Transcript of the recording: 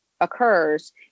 occurs